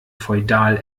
feudal